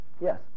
Yes